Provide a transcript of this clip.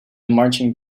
marching